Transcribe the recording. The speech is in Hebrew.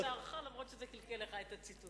לא לצערך, אף-על-פי שזה קלקל לך את הציטוט.